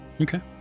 Okay